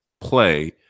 play